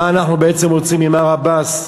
מה אנחנו בעצם רוצים ממר עבאס?